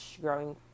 growing